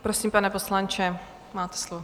Prosím, pane poslanče, máte slovo.